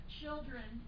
children